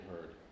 heard